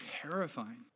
Terrifying